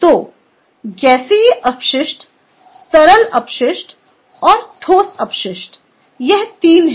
तो गैसीय अपशिष्ट तरल अपशिष्ट और ठोस अपशिष्ट यह तीन हैं